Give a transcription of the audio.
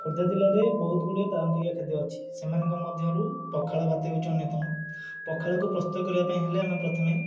ଖୋର୍ଦ୍ଧା ଜିଲ୍ଲାରେ ବହୁତ ଗୁଡ଼ିଏ ପାରମ୍ପରିକ ଖାଦ୍ୟ ଅଛି ସେମାନଙ୍କ ମଧ୍ୟରୁ ପଖାଳ ଭାତ ହେଉଛି ଅନ୍ୟତମ ପଖାଳକୁ ପ୍ରସ୍ତୁତ କରିବା ପାଇଁ ହେଲେ ଆମେ ପ୍ରଥମେ